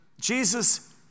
Jesus